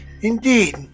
Indeed